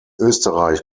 österreich